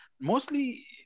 mostly